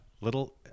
Little